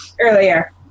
earlier